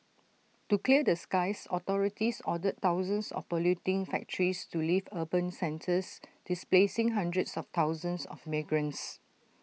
to clear the skies authorities ordered thousands of polluting factories to leave urban centres displacing hundreds of thousands of migrants